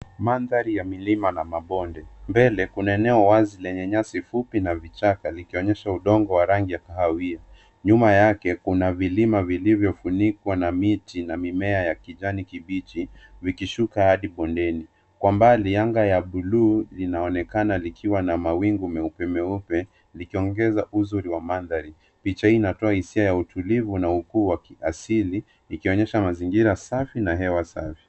Mandhari ya milima na mabonde. Mbele, kuna eneo wazi lenye nyasi fupi na vichaka, likionyesha udongo wa rangi ya kahawia. Nyuma yake, kuna vilima vilivyofunikwa na miti na mimea ya kijani kibichi, vikishuka hadi bondeni. Kwa mbali, anga ya buluu linaonekana likiwa na mawingu meupe meupe, likiongeza uzuri wa mandhari. Picha hii inatoa hisia ya utulivu na ukuu wa kiasili, ikionyesha mazingira safi na hewa safi.